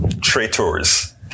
traitors